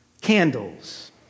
Candles